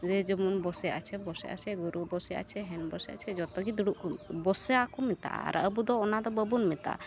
ᱮ ᱡᱮᱢᱚᱱ ᱵᱚᱥᱮ ᱟᱪᱷᱮ ᱵᱚᱥᱮ ᱟᱪᱷᱮ ᱜᱳᱨᱩ ᱵᱚᱥᱮ ᱟᱪᱷᱮ ᱦᱮᱱ ᱵᱚᱥᱮ ᱟᱪᱷᱮ ᱡᱚᱛᱚᱜᱮ ᱫᱩᱲᱩᱵᱽ ᱵᱚᱥᱟᱠᱚ ᱢᱮᱛᱟᱼᱟ ᱟᱨ ᱟᱵᱚᱫᱚ ᱚᱱᱟᱫᱚ ᱵᱟᱵᱚᱱ ᱢᱮᱛᱟᱜᱼᱟ